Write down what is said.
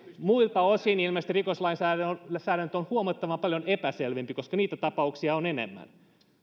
muilta osin ilmeisesti rikoslainsäädäntö on huomattavan paljon epäselvempi koska niitä tapauksia on enemmän